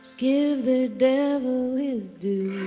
give the devil his due.